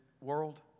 world